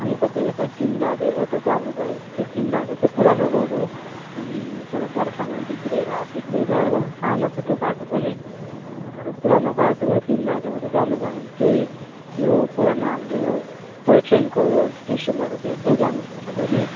अनि तपाईँ यता तिनधारेबाट जानुभयो भने चाहिँ तिनधारे चाहिँ पुरानो रोड हो अनि तर बर्खामा बिग्रिएर बिग्रिएर हो सानो छ त्यो बाटो पनि तर पुरानो बाटो हो तिनधारेबार जानुभयो भने चाहिँ यो पुरानो हाम्रो यो टोय ट्रेनको यो स्टेसनहरू भेट्दै जानुहुन्छ तपाईँहरूले